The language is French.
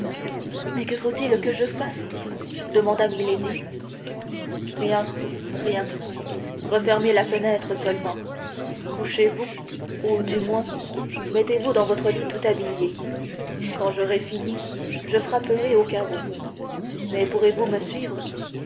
mais que faut-il que je fasse demanda milady rien rien refermez la fenêtre seulement couchez-vous ou du moins mettez-vous dans votre lit tout habillée quand j'aurai fini je frapperai aux carreaux mais pourrez-vous me suivre